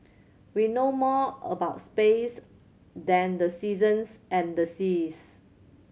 we know more about space than the seasons and the seas